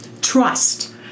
Trust